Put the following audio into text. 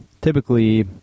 Typically